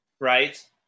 right